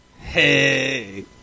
Hey